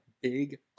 big